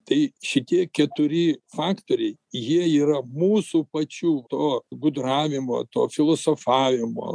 tai šitie keturi faktoriai jie yra mūsų pačių to gudravimo to filosofavimo